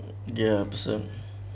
ya person